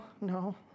no